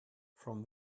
from